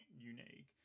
unique